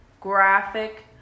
graphic